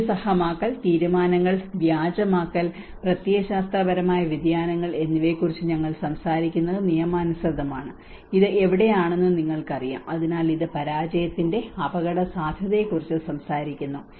യുക്തിസഹമാക്കൽ തീരുമാനങ്ങൾ വ്യാജമാക്കൽ പ്രത്യയശാസ്ത്രപരമായ വ്യതിയാനങ്ങൾ എന്നിവയെക്കുറിച്ച് ഞങ്ങൾ സംസാരിക്കുന്നത് നിയമാനുസൃതമാണ് ഇത് എവിടെയാണെന്ന് നിങ്ങൾക്കറിയാം അതിനാൽ ഇത് പരാജയത്തിന്റെ അപകടസാധ്യതയെക്കുറിച്ചും സംസാരിക്കുന്നു